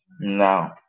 now